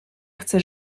chcę